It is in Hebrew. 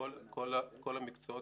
כל המקצועות